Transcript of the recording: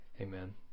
Amen